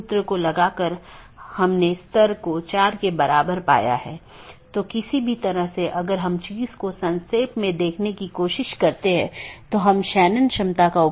इसलिए मैं AS के भीतर अलग अलग तरह की चीजें रख सकता हूं जिसे हम AS का एक कॉन्फ़िगरेशन कहते हैं